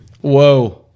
Whoa